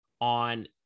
on